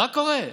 מה קורה?